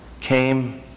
came